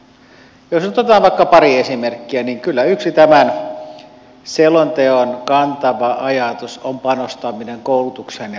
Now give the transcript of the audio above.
jos nyt otetaan vaikka pari esimerkkiä niin kyllä yksi tämän selonteon kantava ajatus on panostaminen koulutukseen ja osaamiseen